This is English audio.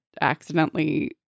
accidentally